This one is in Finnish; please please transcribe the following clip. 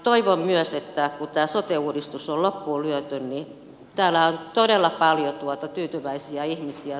toivon myös että kun tämä sote uudistus on loppuun lyöty täällä on todella paljon tyytyväisiä ihmisiä